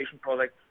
products